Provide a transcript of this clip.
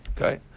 Okay